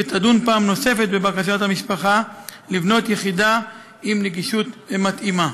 שתדון פעם נוספת בבקשת המשפחה לבנות יחידה עם נגישות מתאימה.